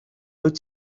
dwyt